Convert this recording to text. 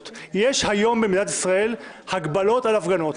יש היום במדינת ישראל הגבלות על הפגנות.